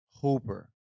Hooper